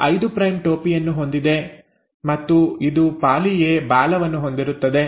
ಇದು 5 ಪ್ರೈಮ್ ಟೋಪಿಯನ್ನು ಹೊಂದಿದೆ ಮತ್ತು ಇದು ಪಾಲಿ ಎ ಬಾಲವನ್ನು ಹೊಂದಿರುತ್ತದೆ